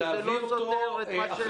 וזה לא סותר את מה --- להעביר אותו.